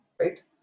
Right